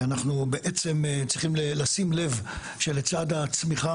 אנחנו בעצם צריכים לשים לב שלצד הצמיחה